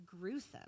gruesome